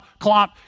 clomp